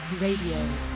Radio